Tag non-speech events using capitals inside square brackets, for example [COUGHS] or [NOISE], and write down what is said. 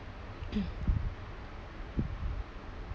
[COUGHS]